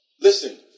Listen